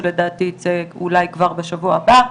שלדעתי יצא אולי כבר בשבוע הבא.